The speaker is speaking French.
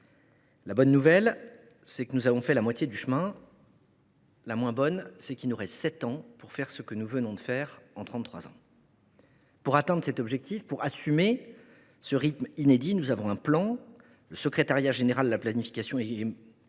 La bonne nouvelle, c’est que nous avons fait la moitié du chemin. La moins bonne, c’est qu’il nous reste sept ans pour faire ce que nous venons de faire en trente trois ans. Pour atteindre l’objectif, pour assumer ce rythme inédit, nous avons un plan. Le secrétariat général à la planification